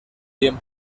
bien